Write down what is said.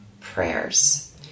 prayers